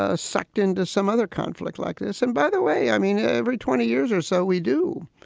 ah sucked into some other conflict like this and by the way, i mean, every twenty years or so we do,